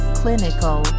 clinical